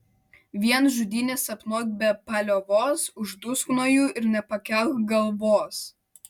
vien žudynes sapnuok be paliovos uždusk nuo jų ir nepakelk galvos